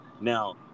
Now